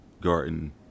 garden